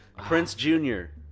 prince jr.